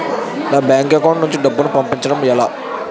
నా bank account నుంచి డబ్బును పంపించడం ఎలా?